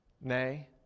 Nay